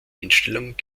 einstellung